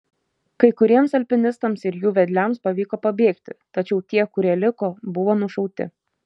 kai kuriems alpinistams ir jų vedliams pavyko pabėgti tačiau tie kurie liko buvo nušauti